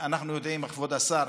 ואנחנו יודעים, כבוד השר,